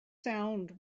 sound